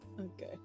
Okay